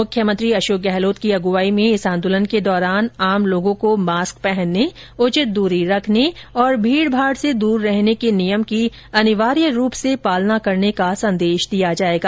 मुख्यमंत्री अशोक गहलोत की अगुवाई में इस आन्दोलन के दौरान आम लोगों को मास्क पहनने उचित द्री रखने और भीड़ भाड़ से दूर रहने के नियम की अनिवार्य रूप से पालना करने का संदेश दिया जाएगा